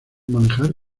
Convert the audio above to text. manejar